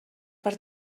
per